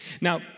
Now